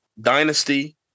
dynasty